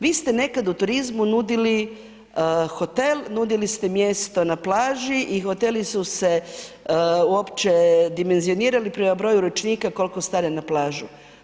Vi ste nekad u turizmu nudili hotel, nudili ste mjesto na plaži i hoteli su se uopće dimenzionirali prema broju ručnika koliko stane na plažu.